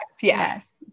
Yes